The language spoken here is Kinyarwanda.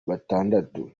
batandatu